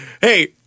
Hey